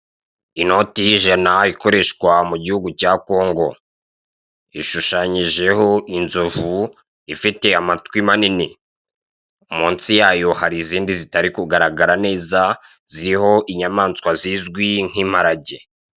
Inoti y'ijana ikoreshwa mu gihugu cya Kongo ishushanyijeho inzovu ifite amatwi manini munsi yayo hari izindi zitara kugaragara neza ziriho inyamanswa zizwi nk'imparage.